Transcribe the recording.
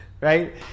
Right